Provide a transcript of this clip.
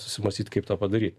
susimąstyt kaip tą padaryt